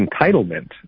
entitlement